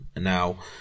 Now